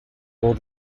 bore